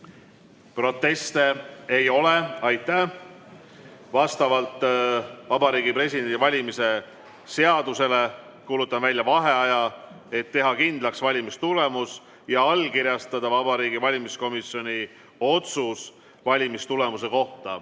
Proteste ei ole. Aitäh! Vastavalt Vabariigi Presidendi valimise seadusele kuulutan välja vaheaja, et teha kindlaks valimistulemus ja allkirjastada Vabariigi Valimiskomisjoni otsus valimistulemuse kohta.